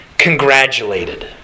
congratulated